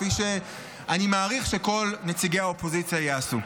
כפי שאני מעריך שכל נציגי האופוזיציה יעשו.